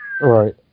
Right